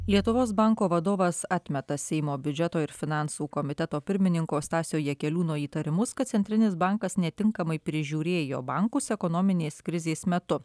lietuvos banko vadovas atmeta seimo biudžeto ir finansų komiteto pirmininko stasio jakeliūno įtarimus kad centrinis bankas netinkamai prižiūrėjo bankus ekonominės krizės metu